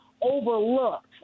overlooked